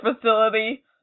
facility